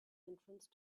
entrance